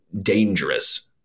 dangerous